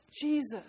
Jesus